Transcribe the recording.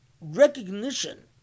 recognition